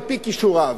על-פי כישוריו.